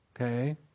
Okay